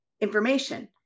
information